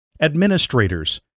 administrators